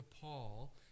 Paul